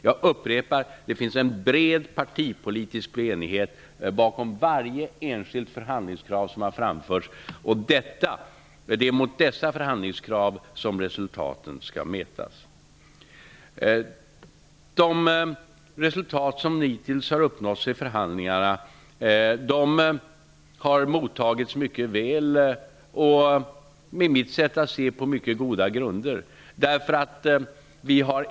Jag upprepar: Det finns en bred partipolitisk enighet bakom varje enskilt förhandlingskrav som framförts. Det är mot dessa förhandlingskrav som resultaten skall mätas. De resultat som hittills uppnåtts i förhandlingarna har mycket väl mottagits -- på mycket goda grunder med mitt sätt att se.